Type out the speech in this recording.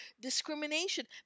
discrimination